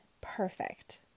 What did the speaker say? perfect